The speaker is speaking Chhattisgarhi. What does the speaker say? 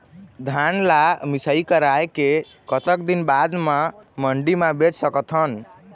धान ला मिसाई कराए के कतक दिन बाद मा मंडी मा बेच सकथन?